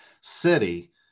city